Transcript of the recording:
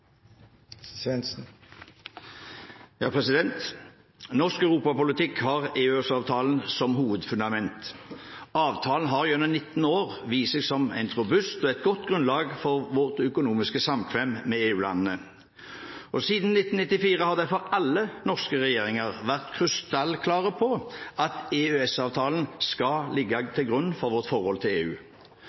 Norsk europapolitikk har EØS-avtalen som hovedfundament. Avtalen har gjennom 19 år vist seg som et robust og godt grunnlag for vårt økonomiske samkvem med EU-landene. Siden 1994 har derfor alle norske regjeringer vært krystallklare på at EØS-avtalen skal ligge til grunn for vårt forhold til EU.